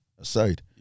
aside